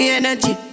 energy